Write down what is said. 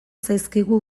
zaizkigu